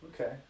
Okay